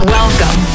Welcome